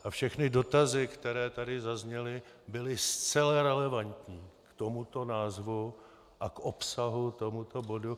A všechny dotazy, které tady zazněly, byly zcela relevantní k tomuto názvu a k obsahu tohoto bodu.